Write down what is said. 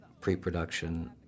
pre-production